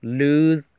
lose